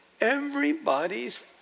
Everybody's